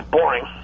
boring